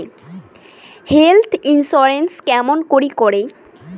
Health insurance কেমন করি করে?